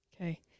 okay